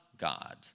God